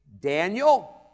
Daniel